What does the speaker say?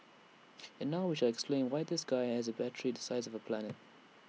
and now we shall explain why this guy has A battery the size of A planet